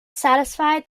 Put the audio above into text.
satisfy